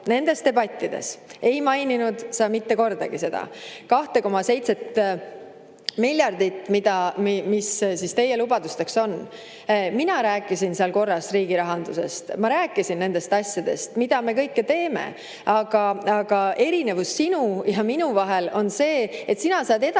Nendes debattides ei maininud sa mitte kordagi seda 2,7 miljardit [eurot], mida teie lubadusteks [vaja] on. Mina rääkisin seal korras riigirahandusest. Ma rääkisin nendest asjadest, mida me kõike teeme. Aga erinevus sinu ja minu vahel on see, et sina saad edasi